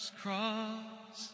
cross